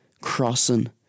crossing